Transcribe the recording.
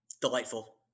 delightful